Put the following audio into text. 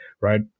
right